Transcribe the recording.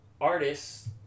artists